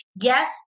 Yes